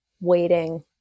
waiting